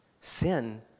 Sin